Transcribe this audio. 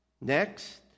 Next